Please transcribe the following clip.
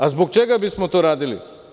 A zbog čega bismo to radili?